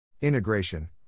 Integration